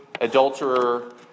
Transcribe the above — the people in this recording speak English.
adulterer